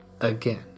again